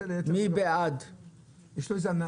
מי בעד ההסתייגות?